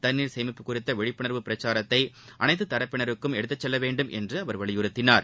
தண்ணீர் சேமிப்பு குறித்த விழிப்புணர்வு பிரச்சாரத்தை அனைத்து தரப்பினருக்கும் எடுத்து செல்லவேண்டும் என்று அவர் வலியுறுத்தினார்